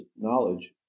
knowledge